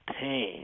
pain